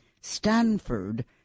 Stanford